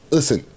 Listen